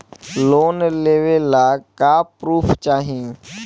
Loan लेवे ला का पुर्फ चाही?